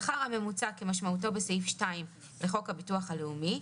""השכר הממוצע" כמשמעותו בסעיף 2 לחוק הביטוח הלאומי,